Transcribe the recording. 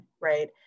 right